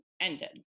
ended